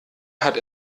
hat